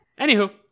Anywho